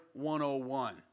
101